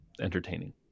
entertaining